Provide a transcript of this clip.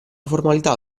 formalità